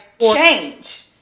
change